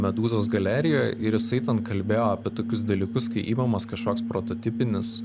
medūzos galerijoj ir įskaitant kalbėjo apie tokius dalykus kai imamas kažkoks prototipinis